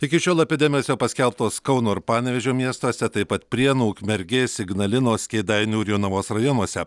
iki šiol epidemijos paskelbtos kauno ir panevėžio miestuose taip pat prienų ukmergės ignalinos kėdainių jonavos rajonuose